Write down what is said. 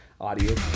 Audio